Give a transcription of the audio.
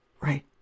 Right